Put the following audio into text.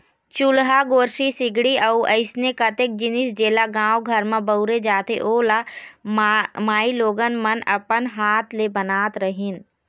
चूल्हा, गोरसी, सिगड़ी अउ अइसने कतेक जिनिस जेला गाँव घर म बउरे जाथे ओ ल माईलोगन मन अपन हात ले बनात रहिन